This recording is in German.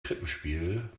krippenspiel